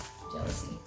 jealousy